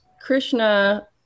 Krishna